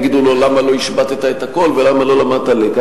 יגידו לו: למה לא השבַּתָּ את הכול ולמה לא למדת לקח?